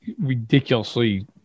ridiculously